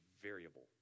variable